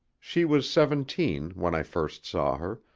she was seventeen when i first saw her,